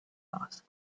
asked